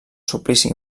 sulpici